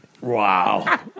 Wow